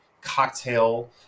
cocktail